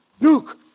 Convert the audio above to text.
look